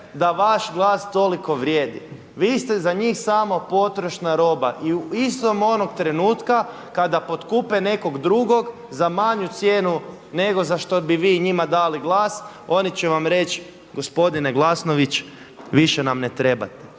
da vaš glas toliko vrijedi, vi ste za njih samo potrošna roba i istog onog trenutka kada potkupe nekog drugog za manju cijenu nego za što bi vi njima dali glas, oni će vam reći gospodine Glasnović više nam ne trebate,